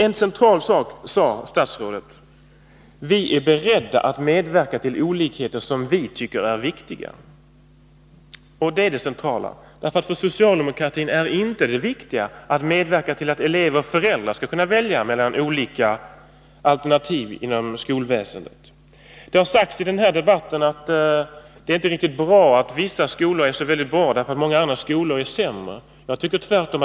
En central sak sade statsrådet: Vi är beredda att medverka till olikheter som vi tycker är viktiga. Det är det centrala. För socialdemokratin är det inte viktigt att medverka till att elever och föräldrar skall kunna välja mellan olika alternativ inom skolväsendet. Det har sagts i den här debatten att det inte är riktigt att vissa skolor är så bra, eftersom många andra är mycket sämre. Jag tycker tvärtom.